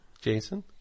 Jason